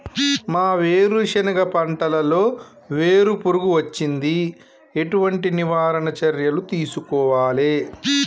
మా వేరుశెనగ పంటలలో వేరు పురుగు వచ్చింది? ఎటువంటి నివారణ చర్యలు తీసుకోవాలే?